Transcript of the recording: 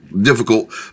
difficult